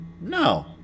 no